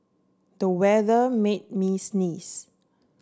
the weather made me sneeze